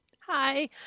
hi